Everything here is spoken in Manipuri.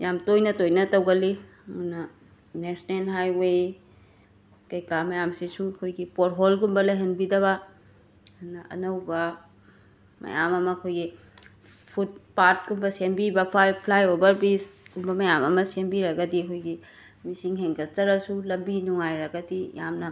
ꯌꯥꯝ ꯇꯣꯏꯅ ꯇꯣꯏꯅ ꯇꯧꯒꯜꯂꯤ ꯑꯗꯨꯅ ꯅꯦꯁꯅꯦꯜ ꯍꯥꯏꯋꯦ ꯀꯩꯀꯥ ꯃꯌꯥꯝꯁꯤꯁꯨ ꯑꯩꯈꯣꯏꯒꯤ ꯄꯣꯠꯍꯣꯜꯒꯨꯝꯕ ꯂꯩꯍꯟꯕꯤꯗꯕ ꯑꯗꯨꯅ ꯑꯅꯧꯕ ꯃꯌꯥꯝ ꯑꯃ ꯑꯩꯈꯣꯏꯒꯤ ꯐꯨꯠꯄꯥꯠꯀꯨꯝꯕ ꯁꯦꯝꯕꯤꯕ ꯐ꯭ꯂꯥꯏ ꯐ꯭ꯂꯥꯏ ꯑꯣꯕꯔ ꯕ꯭ꯔꯤꯖꯒꯨꯝꯕ ꯃꯌꯥꯝ ꯑꯃ ꯁꯦꯝꯕꯤꯔꯒꯗꯤ ꯑꯩꯈꯣꯏꯒꯤ ꯃꯤꯁꯤꯡ ꯍꯦꯡꯒꯠꯆꯔꯒꯁꯨ ꯂꯝꯕꯤ ꯅꯨꯉꯥꯏꯔꯒꯗꯤ ꯌꯥꯝꯅ